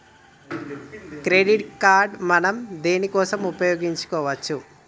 Credit card మనం దేనికోసం ఉపయోగించుకోవచ్చు?